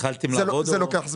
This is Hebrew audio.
זה לוקח זמן.